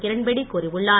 கிரண்பேடி கூறியுள்ளார்